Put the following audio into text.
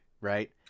right